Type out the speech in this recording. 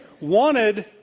wanted